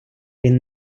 він